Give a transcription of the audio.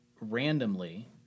randomly